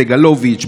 סגלוביץ',